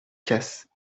casse